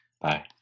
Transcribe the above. Bye